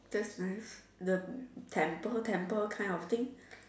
that's nice the temple temple kind of thing